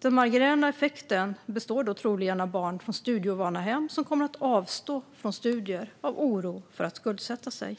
Den marginella effekten består troligen av barn från studieovana hem som kommer att avstå från studier av oro för att skuldsätta sig.